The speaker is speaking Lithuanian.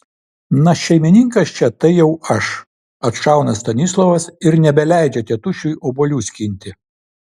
na šeimininkas čia tai jau aš atšauna stanislovas ir nebeleidžia tėtušiui obuolių skinti